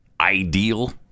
ideal